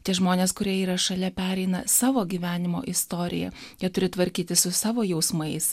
tie žmonės kurie yra šalia pereina savo gyvenimo istoriją jie turi tvarkytis su savo jausmais